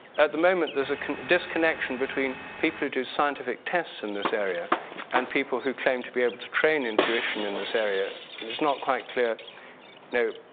at the moment, there's a disconnection between people do scientific test in this area and people who claim to be able to train intuition in this area and it's not quite clear, you know,